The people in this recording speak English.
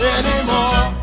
anymore